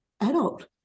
adult